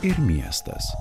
ir miestas